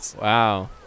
Wow